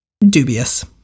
Dubious